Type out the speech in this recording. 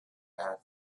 have